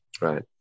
Right